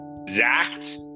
exact